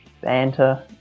banter